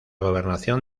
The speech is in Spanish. gobernación